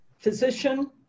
Physician